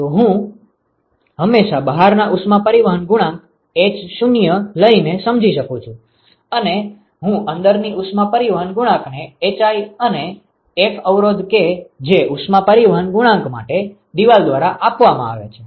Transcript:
તો હું હંમેશાં બહારના ઉષ્મા પરિવહન ગુણાંક h0 લઇ ને શમજી શકું છું અને હું અંદરની ઉષ્મા પરિવહન ગુણાંકને hi અને એક અવરોધ કે જે ઉષ્મા પરિવહન ગુણાંક માટે દિવાલ દ્વારા આપવામાં આવે છે